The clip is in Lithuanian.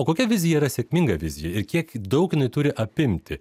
o kokia vizija yra sėkminga vizija ir kiek daug jinai turi apimti